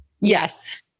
Yes